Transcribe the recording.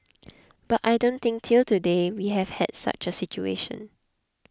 but I don't think till today we have had such a situation